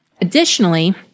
Additionally